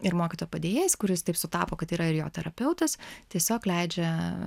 ir mokytojo padėjėjas kuris taip sutapo kad yra ir jo terapeutas tiesiog leidžia